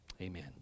Amen